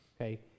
Okay